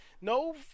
no